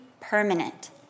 permanent